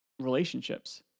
relationships